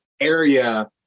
area